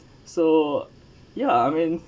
so ya I mean